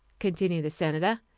continued the senator.